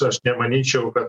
aš nemanyčiau kad